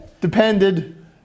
depended